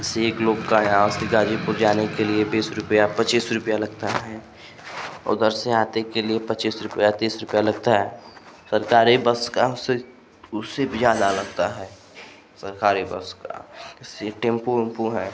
जैसे एक लोग का यहाँ से गाजीपुर जाने के लिए बीस रुपया पच्चीस रुपया लगता है उधर से आते के लिए पच्चीस रुपया तीस रुपया लगता है सरकारी बस का उससे उससे भी ज़्यादा लगता है सरकारी बस का जैसे टेम्पो ओमपू है